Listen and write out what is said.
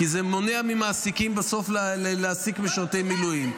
כי זה מונע ממעסיקים בסוף להעסיק משרתי מילואים.